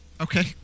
Okay